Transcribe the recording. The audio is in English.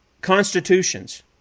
constitutions